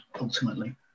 ultimately